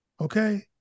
okay